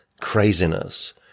craziness